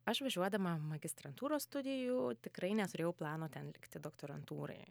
aš važiuodama magistrantūros studijų tikrai neturėjau plano ten likti doktorantūrai